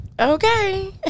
okay